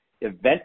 event